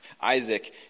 Isaac